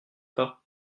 pas